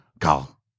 Carl